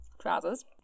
trousers